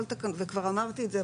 כבר אמרתי את זה,